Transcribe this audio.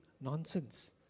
nonsense